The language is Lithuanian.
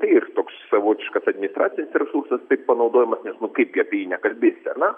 ir toks savotiškas administracinis resursas taip panaudojamas nes nu kaipgi apie jį nekalbėsi ar ne